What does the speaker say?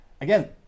again